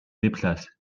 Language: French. déplace